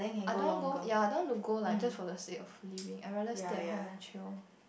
I don't want go ya I don't want to go like just for the sake of leaving I rather stay at home and chill